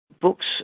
books